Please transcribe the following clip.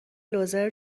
لوزر